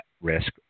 risk